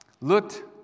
looked